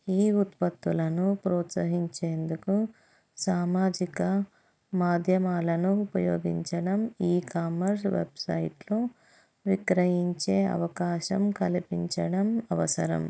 ఈ ఉత్పత్తులను ప్రోత్సహించేందుకు సామాజిక మాధ్యమాలను ఉపయోగించడం ఈ కామర్స్ వెబ్సైట్లో విక్రయించే అవకాశం కల్పించడం అవసరం